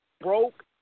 broke